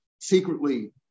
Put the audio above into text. secretly